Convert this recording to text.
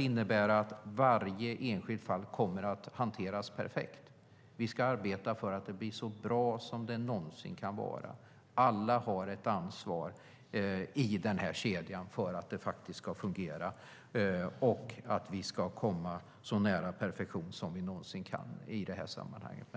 innebär inte att varje enskilt fall alltid hanteras perfekt, men vi ska arbeta för att det blir så bra som det någonsin kan bli. Alla har ett ansvar för att den kedjan ska fungera, och vi ska komma så nära perfektion som vi någonsin kan i det här sammanhanget.